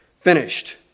finished